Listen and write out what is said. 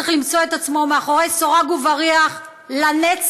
צריך למצוא את עצמו מאחורי סורג ובריח לנצח.